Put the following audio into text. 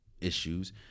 issues